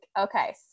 Okay